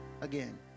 again